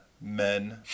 men